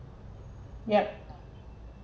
yup